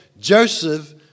Joseph